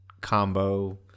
combo